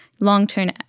Long-term